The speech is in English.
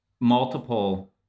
multiple